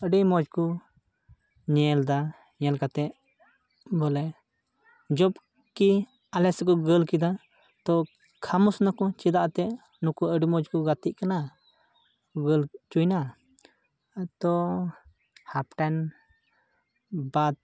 ᱟᱹᱰᱤ ᱢᱚᱡᱽ ᱠᱚ ᱧᱮᱞᱫᱟ ᱧᱮᱞ ᱠᱟᱛᱮᱫ ᱵᱚᱞᱮ ᱡᱚᱵᱽᱠᱤ ᱟᱞᱮ ᱥᱮᱫ ᱠᱚ ᱜᱳᱞ ᱠᱮᱫᱟ ᱛᱚ ᱠᱷᱟᱢᱳᱥᱱᱟ ᱠᱚ ᱪᱮᱫᱟᱜ ᱛᱮ ᱱᱩᱠᱩ ᱟᱹᱰᱤ ᱢᱚᱡᱽ ᱠᱚ ᱜᱟᱛᱮᱜ ᱠᱟᱱᱟ ᱜᱳᱞ ᱦᱚᱪᱚᱭᱱᱟ ᱛᱚ ᱦᱟᱯ ᱴᱟᱭᱤᱢ ᱵᱟᱫᱽ